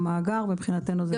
המאגר ומבחינתנו זה --- ב-1 בנובמבר.